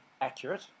accurate